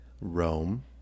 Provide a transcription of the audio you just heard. Rome